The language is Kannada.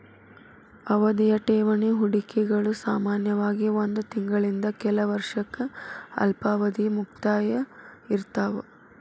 ಅವಧಿಯ ಠೇವಣಿ ಹೂಡಿಕೆಗಳು ಸಾಮಾನ್ಯವಾಗಿ ಒಂದ್ ತಿಂಗಳಿಂದ ಕೆಲ ವರ್ಷಕ್ಕ ಅಲ್ಪಾವಧಿಯ ಮುಕ್ತಾಯ ಇರ್ತಾವ